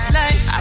life